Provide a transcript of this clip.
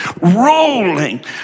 rolling